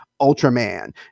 Ultraman